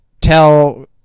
tell